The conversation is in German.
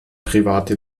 private